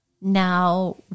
now